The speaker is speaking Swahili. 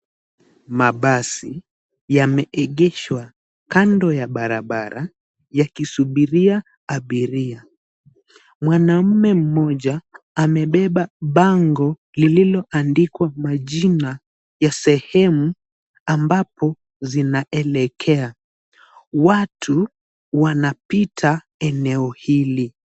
Mabasi yameegeshwa kando ya barabara yakisubiria abiria. Mwanaume mmoja amebeba bango lililoandikwa majina ya sehemu ambapo zinaelekea. Watu wanapita eneo hili.